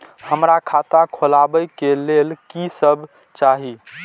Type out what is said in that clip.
हमरा खाता खोलावे के लेल की सब चाही?